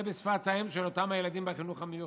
בשפת האם של אותם הילדים בחינוך המיוחד,